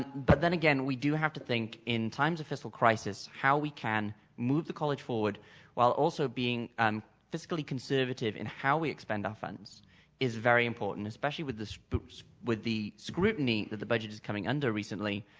but then again, we do have to think in times of fiscal crisis how we can move the college forward while also being um fiscally conservative and how we expand our funds is very important especially with the so with the scrutiny that the budget is coming under recently,